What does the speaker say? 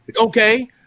Okay